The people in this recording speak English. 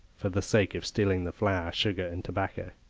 for the sake of stealing the flour, sugar, and tobacco.